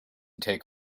take